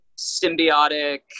symbiotic